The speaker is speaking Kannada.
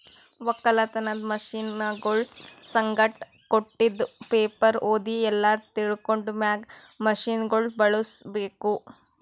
ಒಕ್ಕಲತನದ್ ಮಷೀನಗೊಳ್ ಸಂಗಟ್ ಕೊಟ್ಟಿದ್ ಪೇಪರ್ ಓದಿ ಎಲ್ಲಾ ತಿಳ್ಕೊಂಡ ಮ್ಯಾಗ್ ಮಷೀನಗೊಳ್ ಬಳುಸ್ ಬೇಕು